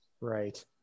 Right